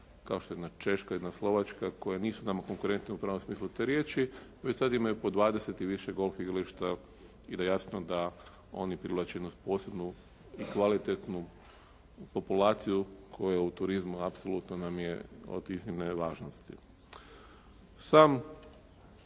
kao što je jedna Češka, jedna Slovačka koje nisu nama konkurentne u pravom smislu te riječi, već sada imaju po 20 i više golf igrališta i da jasno da oni privlače jednu posebnu i kvalitetnu populaciju koja u turizmu apsolutno nam je od iznimne važnosti. Sam